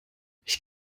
ich